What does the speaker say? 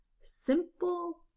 simple